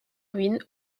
ruine